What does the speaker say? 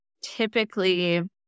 typically